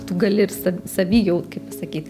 tu gali ir sav savy jau kaip pasakyt